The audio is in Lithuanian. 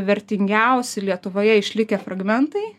vertingiausi lietuvoje išlikę fragmentai